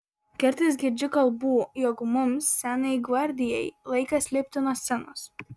kartais girdžiu kalbų jog mums senajai gvardijai laikas lipti nuo scenos